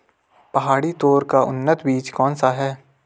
पहाड़ी तोर का उन्नत बीज कौन सा है?